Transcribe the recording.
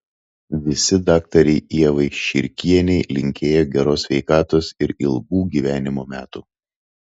visi daktarei ievai širkienei linkėjo geros sveikatos ir ilgų gyvenimo metų